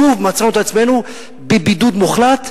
שוב מצאנו את עצמנו בבידוד מוחלט.